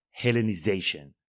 Hellenization